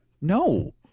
no